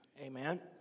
Amen